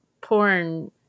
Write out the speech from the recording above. porn